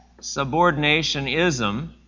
subordinationism